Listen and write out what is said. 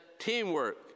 teamwork